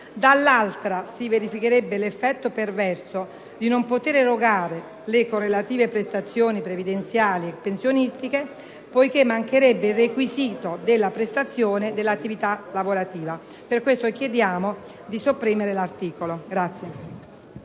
dall'altra si verificherebbe l'effetto perverso di non poter erogare le correlative prestazioni previdenziali e pensionistiche, poiché mancherebbe il requisito della prestazione dell'attività lavorativa. Per questo chiediamo di sopprimere l'articolo.